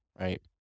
Right